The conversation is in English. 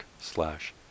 slash